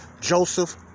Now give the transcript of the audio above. Joseph